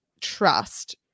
trust